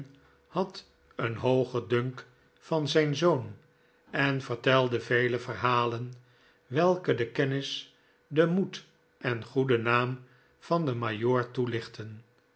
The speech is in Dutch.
had een hoogen dunk van zijn zoon en vertelde vele verhalen welke de kennis den moed en goeden naam van den majoor toelichtten